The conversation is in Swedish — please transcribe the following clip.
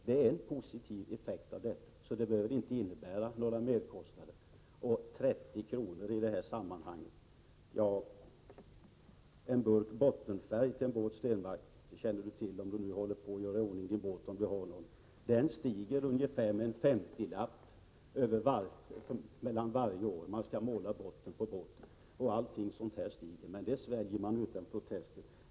Detta är en positiv effekt av registreringen. Registreringen behöver inte innebära några merkostnader. Vad är 30 kr. i detta sammanhang? Om Per Stenmarck har en båt som han håller på att göra i ordning nu, känner han till att priset på en burk bottenfärg stiger med ungefär 50 kr. mellan varje gång man skall måla båtens botten. Alla sådana produkter stiger. Det sväljer man utan protester.